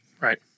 Right